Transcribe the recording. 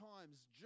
times